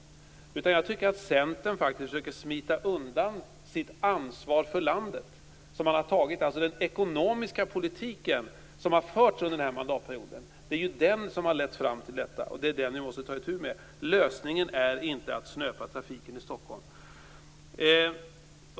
Jag tycker faktiskt att Centern försöker att smita undan sitt ansvar för landet. Den ekonomiska politik som har förts under den här mandatperioden har lett fram till detta, och det måste ni ta itu med. Lösningen är inte att snöpa trafiken i Stockholm.